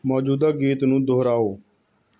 ਮੌਜੂਦਾ ਗੀਤ ਨੂੰ ਦੁਹਰਾਓ